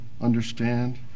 understand